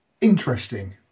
interesting